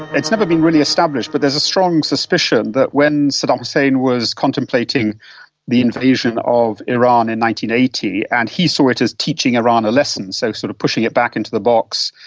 it's never been really established but there's a strong suspicion that when saddam hussein was contemplating the invasion of iran and eighty, and he saw it as teaching iran a lesson, so sort of pushing it back into the box,